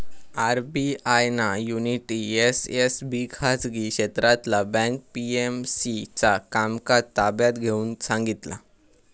RBI ना Unity SFB खाजगी क्षेत्रातला बँक पी.एम.सी चा कामकाज ताब्यात घेऊन सांगितला